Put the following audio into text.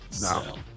no